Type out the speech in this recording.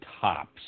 tops